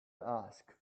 ask